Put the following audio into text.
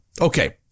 Okay